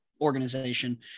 organization